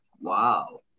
Wow